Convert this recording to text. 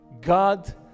God